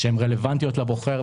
שהן רלוונטיות לבוחר,